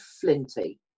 flinty